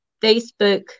Facebook